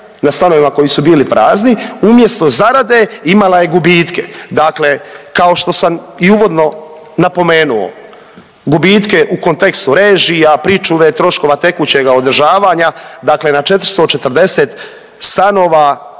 na stanovima koji su bili prazni, umjesto zarade imala je gubitke. Dakle, kao što sam i uvodno napomenuo gubitke u kontekstu režija, pričuve, troškova tekućega održavanja. Dakle, na 440 stanova